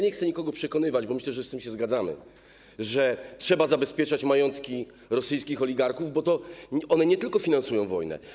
Nie chcę nikogo przekonywać - bo myślę, że z tym się zgadzamy - że trzeba zabezpieczać majątki rosyjskich oligarchów, bo one nie tylko finansują wojnę.